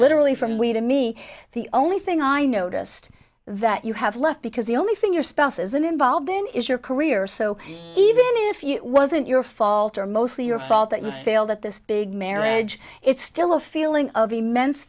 literally from we to me the only thing i noticed that you have left because the only thing your spouse isn't involved in is your career so even if you wasn't your fault or mostly your fault that you failed at this big marriage it's still a feeling of immense